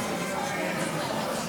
איסור גביית תשלום בכרטיסי חיוב בלבד),